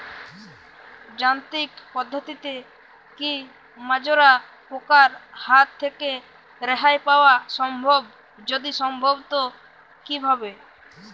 যান্ত্রিক পদ্ধতিতে কী মাজরা পোকার হাত থেকে রেহাই পাওয়া সম্ভব যদি সম্ভব তো কী ভাবে?